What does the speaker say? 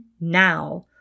now